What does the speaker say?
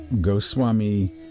Goswami